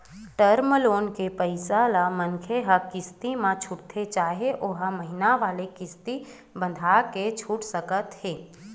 term loan के पइसा ल मनखे ह किस्ती म छूटथे चाहे ओहा महिना वाले किस्ती बंधाके छूट सकत हे